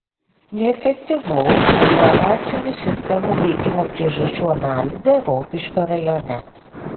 neefektyvaus melioracinių sistemų veikimo priežasčių analizė rokiškio rajone